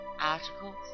articles